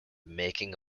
making